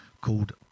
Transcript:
called